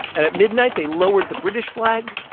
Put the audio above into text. and at midnight, they lowered the british flag,